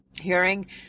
hearing